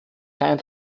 kein